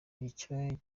icyari